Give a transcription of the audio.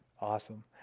Awesome